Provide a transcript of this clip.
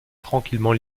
tranquillement